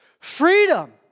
Freedom